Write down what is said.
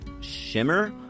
shimmer